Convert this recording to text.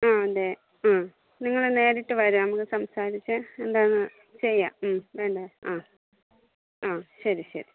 ആ അതെ ആ നിങ്ങള് നേരിട്ട് വരാം നമുക്ക് സംസാരിച്ച് എന്താണ് ചെയ്യാം മ് അതെ ആ ആ ശരി ശരി